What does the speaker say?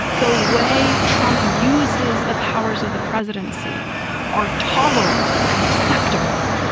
the way trump uses the powers of the presidency are tolerable and acceptable.